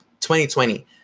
2020